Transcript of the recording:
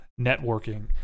networking